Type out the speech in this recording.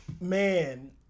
Man